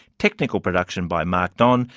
technical production by mark don,